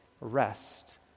rest